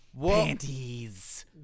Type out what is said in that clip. Panties